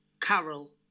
Carol